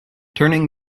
turning